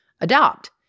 adopt